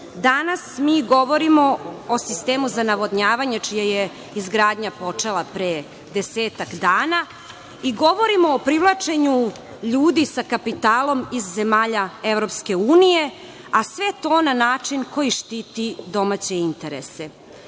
Danas mi govorimo o sistemu za navodnjavanje čija je izgradnja počela pre 10-ak dana i govorimo o privlačenju ljudi sa kapitalom iz zemalja EU, a sve to na način koji štiti domaće interese. Ovaj